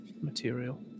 material